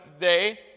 day